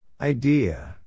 Idea